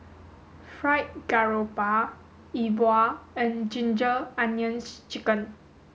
fried garoupa E Bua and ginger onions chicken